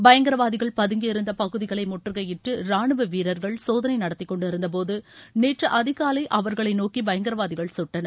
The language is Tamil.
பயங்கரவாதிகள் பதுங்கியிருந்த பகுதிகளை முற்றுகையிட்டு ரானுவ வீரர்கள் சோதளை நடத்திக்கொண்டிருந்தபோது நேற்று அதிகாலை அவர்களை நோக்கி பயங்கரவாதிகள் சுட்டனர்